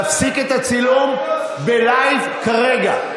תפסיק את הצילום בלייב כרגע.